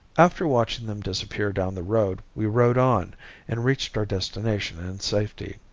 after watching them disappear down the road we rode on and reached our destination in safety.